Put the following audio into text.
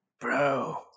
Bro